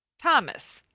thomas,